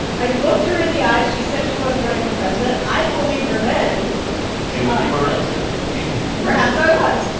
i looked her in the eyes. she said she wasn't running for president. i believed her then seems like you were right to perhaps i was. yeah